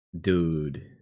Dude